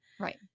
Right